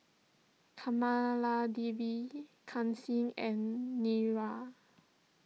Kamaladevi Kanshi and Niraj